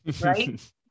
right